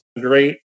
great